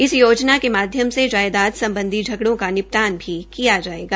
इस योजना के माध्यम से जायदाद सम्बधी झगड़ों का निपटान भी किया जायेगा